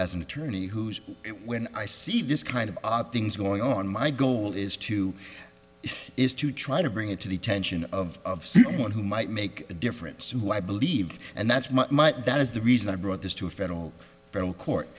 as an attorney who's when i see this kind of odd things going on my goal is to is to try to bring it to the attention of one who might make a difference in who i believe and that's that is the reason i brought this to a federal federal court